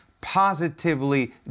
positively